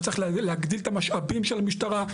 שצריך להגדיל את המשאבים של המשטרה.